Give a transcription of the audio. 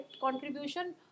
contribution